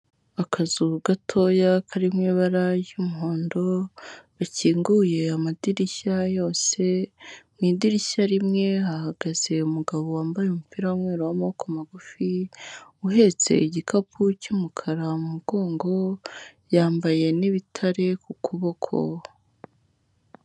Akazuru gatoya kari mu ibara ry'umuhondo gakinguye amadirishya yose; mu idirishya rimwe hahagaze umugabo wambaye umupira w'umweru w'amaboko magufi uhetse igikapu cy'umukara mugongo; yambaye n'ibitare ku kuboko.